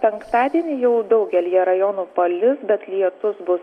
penktadienį jau daugelyje rajonų palis bet lietus bu